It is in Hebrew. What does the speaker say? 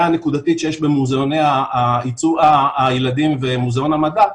הנקודתית שיש במוזיאוני הילדים ומוזיאון המדע,